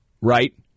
right